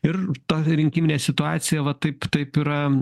ir ta rinkiminė situacija va taip taip yra